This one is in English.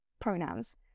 pronouns